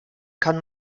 kann